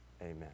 amen